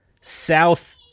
south